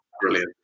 Brilliant